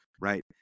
right